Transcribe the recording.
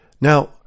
Now